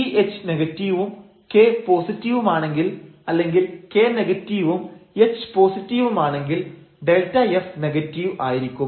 ഈ h നെഗറ്റീവും k പോസിറ്റീവുമാണെങ്കിൽ അല്ലെങ്കിൽ k നെഗറ്റീവും h പോസിറ്റീവുമാണെങ്കിൽ Δf നെഗറ്റീവ് ആയിരിക്കും